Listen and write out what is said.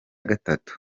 gatatu